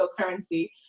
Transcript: cryptocurrency